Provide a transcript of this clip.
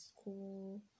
school